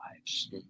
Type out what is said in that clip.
lives